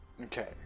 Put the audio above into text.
Okay